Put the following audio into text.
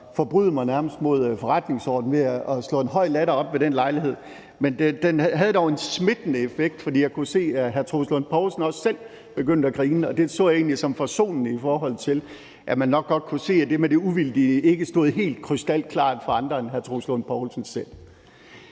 forbryde mig mod forretningsordenen ved at slå en høj latter op ved den lejlighed, men den havde dog en smittende effekt, for jeg kunne se, at hr. Troels Lund Poulsen også selv begyndte at grine, og det så jeg egentlig som noget forsonende, i forhold til at man nok godt kunne se, at det med det uvildige ikke stod helt krystalklart for andre end hr. Troels Lund Poulsen selv.